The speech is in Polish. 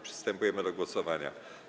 Przystępujemy do głosowania.